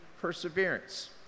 perseverance